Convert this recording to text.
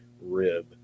rib